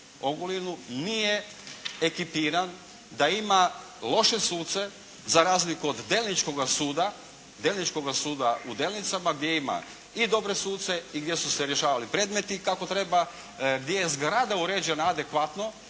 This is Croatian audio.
Ogulinu nije ekipiran, da ima loše suce za razliku od delničkoga suda u Delnicama gdje ima i dobre suce i gdje su se rješavali predmeti kako treba, gdje je zgrada uređena adekvatno,